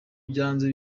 byanze